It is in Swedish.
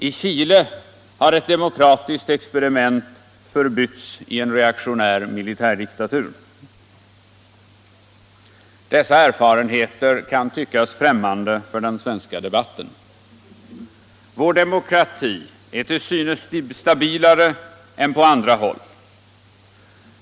I Chile har ett demokratiskt experiment förbytts i en reaktionär militärdiktatur. Dessa erfarenheter kan tyckas främmande för den svenska debatten. Vår demokrati är till synes stabilare än på andra håll.